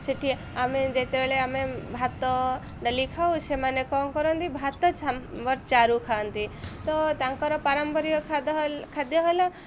ସେଠି ଆମେ ଯେତେବେଳେ ଆମେ ଭାତ ଡ଼ାଲି ଖାଉ ସେମାନେ କ'ଣ କରନ୍ତି ଭାତ ଚାରୁ ଖାଆନ୍ତି ତ ତାଙ୍କର ପାରମ୍ପରିକ ଖାଦ୍ୟ ଖାଦ୍ୟ ହେଲା